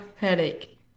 headache